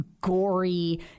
gory